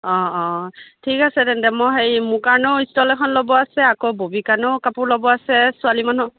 অ' অ' ঠিক আছে তেন্তে মই হেৰি মোৰ কাৰণেও ষ্ট'ল এখন ল'ব আছে আকৌ ববী কাৰণেও কাপোৰ ল'ব আছে ছোৱালী মানুহ